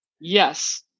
Yes